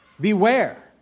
Beware